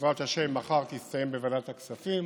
בעזרת השם, מחר יסיימו בוועדת הכספים